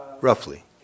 Roughly